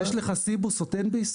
יש לך סיבוס או תן-ביס?